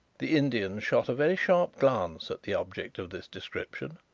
the indian shot a very sharp glance at the object of this description.